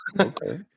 Okay